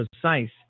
precise